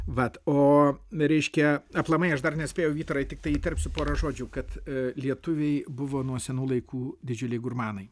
vat o reiškia aplamai aš dar nespėjau vytarai tiktai įterpsiu pora žodžių kad lietuviai buvo nuo senų laikų didžiuliai gurmanai